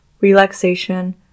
relaxation